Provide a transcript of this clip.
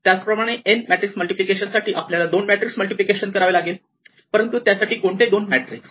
त्याच प्रमाणे n matrix multiplication साठी आपल्याला दोन मॅट्रिक्स मल्टिप्लिकेशन करावे लागेल परंतु त्यासाठी कोणते दोन मॅट्रिक्स